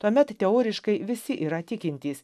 tuomet teoriškai visi yra tikintys